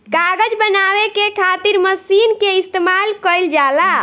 कागज बनावे के खातिर मशीन के इस्तमाल कईल जाला